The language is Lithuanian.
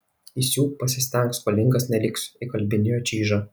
įsiūk pasistenk skolingas neliksiu įkalbinėjo čyžą